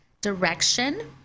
direction